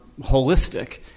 holistic